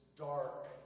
dark